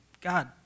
God